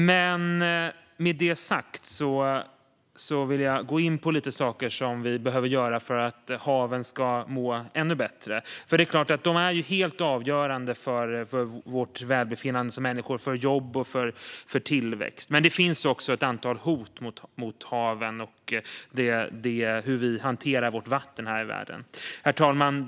Med detta sagt vill jag gå in på några saker vi behöver göra för att haven ska må ännu bättre. De är helt avgörande för vårt välbefinnande som människor, för jobb och för tillväxt. Men det finns också ett antal hot mot haven och hur vi hanterar vårt vatten i världen. Herr talman!